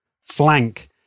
flank